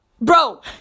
Bro